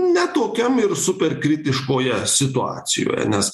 ne tokiam ir super kritiškoje situacijoje nes